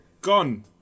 gone